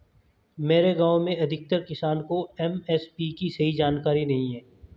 मेरे गांव में अधिकतर किसान को एम.एस.पी की सही जानकारी नहीं है